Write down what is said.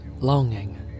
longing